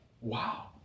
Wow